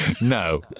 No